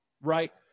right